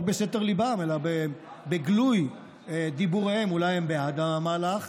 בסתר ליבם אלא בגלוי דיבוריהם אולי הם בעד המהלך,